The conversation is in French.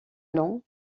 long